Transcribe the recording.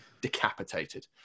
decapitated